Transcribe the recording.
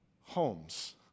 homes